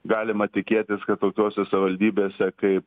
galima tikėtis kad tokiose savivaldybėse kaip